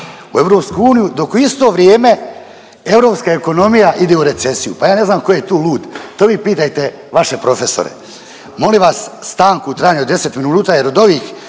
u EU dok u isto vrijeme europska ekonomija ide u recesiju. Pa ja ne znam tko je tu lud, to vi pitajte vaše profesore. Molim vas stanku u trajanju od 10 minuta jer od ovih